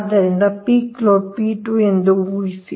ಆದ್ದರಿಂದ peak load P2 ಎಂದು ಊಹಿಸಿ